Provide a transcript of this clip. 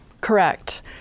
Correct